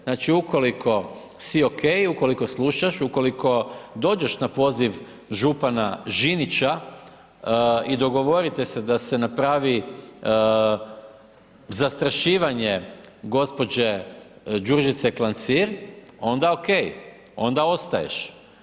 Znači, ukoliko si okej, ukoliko slušaš, ukoliko dođeš na poziv župana Žinića i dogovorite se da se napravi zastrašivanje gđe. Đurđice Klancir, onda okej, onda ostaješ.